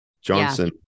johnson